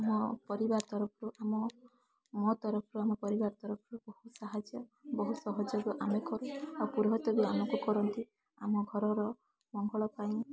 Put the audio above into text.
ଆମ ପରିବାର ତରଫରୁ ଆମ ମୋ ତରଫରୁ ଆମ ପରିବାର ତରଫରୁ ବହୁ ସାହାଯ୍ୟ ବହୁ ସହଯୋଗ ଆମେ କରୁ ଆଉ ପୁରୋହିତ ବି ଆମକୁ କରନ୍ତି ଆମ ଘରର ମଙ୍ଗଳ ପାଇଁ